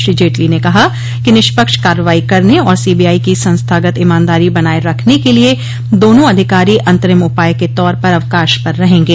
श्री जेटली ने कहा कि निष्पक्ष कार्रवाई करने और सीबीआई की संस्थागत ईमानदारी बनाये रखने के लिए दोनों अधिकारी अंतरिम उपाय के तौर पर अवकाश पर रहेंगे